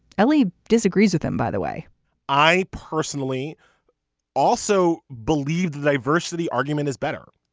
elie disagrees with him by the way i personally also believe the diversity argument is better.